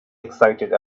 excited